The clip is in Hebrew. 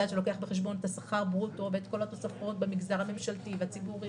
הוא לוקח בחשבון את השכר ברוטו ואת כל התוספות במגזר הממשלתי והציבורי,